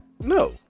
No